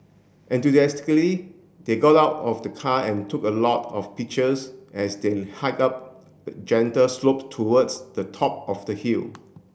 enthusiastically they got out of the car and took a lot of pictures as they hiked up the gentle slope towards the top of the hill